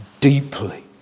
deeply